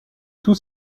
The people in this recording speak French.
tous